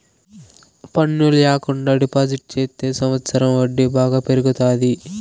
పన్ను ల్యాకుండా డిపాజిట్ చెత్తే సంవచ్చరం వడ్డీ బాగా పెరుగుతాది